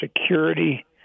security